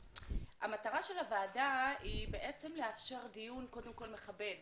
המטרה של הוועדה היא בעצם לאפשר דיון קודם כל מכבד את